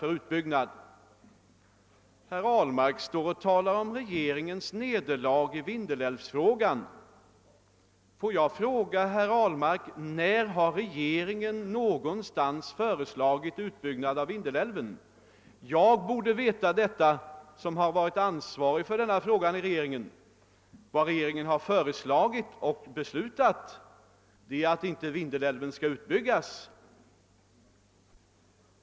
Herr Ahlmark talar om regeringens nederlag i Vindelälvsfrågan. Får jag fråga herr Ahlmark: När har regeringen någonstans föreslagit utbyggnad av Vindelälven? Jag borde veta om så skett, eftersom jag varit ansvarig för denna fråga i regeringen. Vad regeringen har föreslagit och beslutat är att Vindelälven inte skall utbyggas.